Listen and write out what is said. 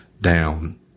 down